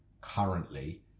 currently